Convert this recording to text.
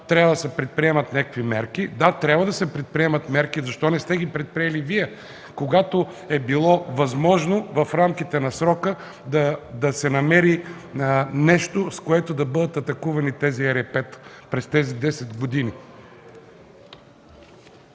трябва да се предприемат някакви мерки? Да, трябва да се предприемат мерки. Защо не сте ги предприели Вие, когато е било възможно в рамките на срока да се намери нещо, с което да бъдат атакувани ЕРП-тата през тези 10 години?